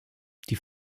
die